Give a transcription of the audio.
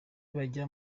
bajya